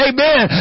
Amen